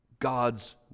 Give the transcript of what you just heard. god's